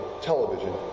television